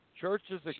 Churches